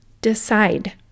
Decide